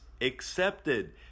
accepted